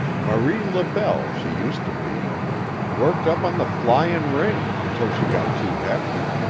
marie labelle she used to be worked up on the flyin' rings until she got too hefty,